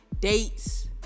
dates